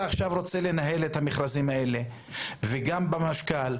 עכשיו רוצה לנהל את המכרזים האלה וגם במשכ"ל,